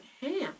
ham